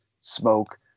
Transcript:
smoke